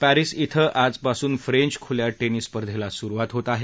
Paris इथं आजपासून French खुल्या टेनिस स्पर्धेला सुरुवात होत आहे